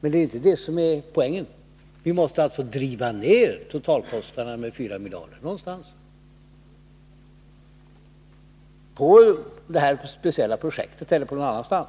Men det är inte detta som är poängen. Vi måste driva ner totalkostnaderna med 4 miljarder kronor någonstans — på det här speciella projektet eller någon annanstans.